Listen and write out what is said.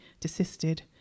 desisted